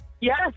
Yes